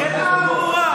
חבר הכנסת אלמוג.